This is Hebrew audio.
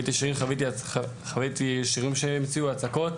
המציאו שירים והצקות.